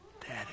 daddy